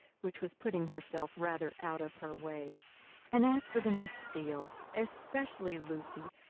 which was putting herself rather out of her way and as for the miss steeles, especially lucy,